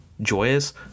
joyous